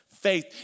faith